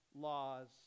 laws